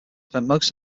spent